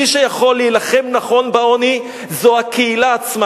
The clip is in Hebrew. מי שיכול להילחם נכון בעוני זו הקהילה עצמה.